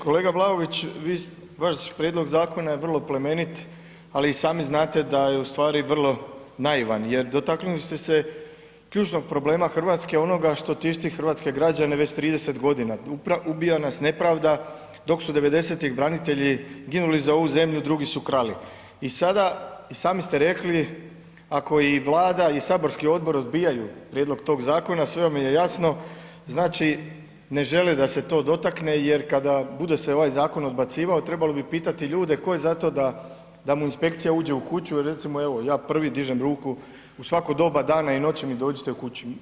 Kolega Vlaović, vaš prijedlog zakona je vrlo plemenit, ali i sami znate da je u stvari vrlo naivan jer dotaknuli ste se ključnog problema RH, onoga što tišti hrvatske građane već 30.g., ubija nas nepravda, dok su 90.-tih branitelji ginuli za ovu zemlju, drugi su krali i sada, sami ste rekli, ako i Vlada i saborski odbor odbijaju prijedlog tog zakona, sve vam je jasno, znači ne žele da se to dotakne jer kada bude se ovaj zakon odbacivao, trebalo bi pitati ljude tko je za to da, da mu inspekcija uđe u kuću i recimo, evo ja prvi dižem ruku u svako doba dana i noći mi dođite u kuću.